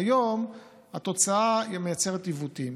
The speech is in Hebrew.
היום התוצאה מייצרת עיוותים.